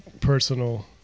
personal